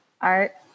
art